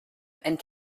and